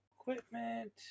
equipment